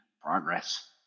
progress